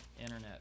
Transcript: internet